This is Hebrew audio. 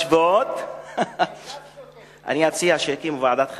אני אציע שיקימו ועדת חקירה,